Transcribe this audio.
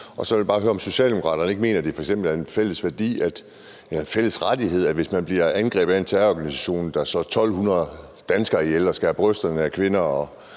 det f.eks. er en fælles værdi eller en fælles rettighed, at det, hvis man bliver angrebet af en terrororganisation, der slår 1.200 danskere ihjel og skærer brysterne af kvinder